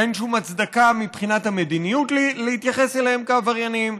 אין שום הצדקה מבחינת המדיניות להתייחס אליהם כעבריינים.